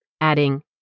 adding